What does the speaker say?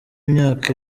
imyaka